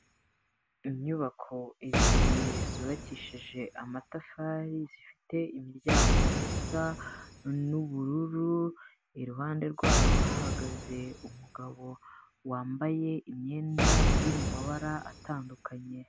Inyubako ebyiri zubakishije amatafari zifite imiryango isa n'ubururu, iruhande rwayo hahagaze umugabo wambaye imyenda iri mu mabara atandukanye.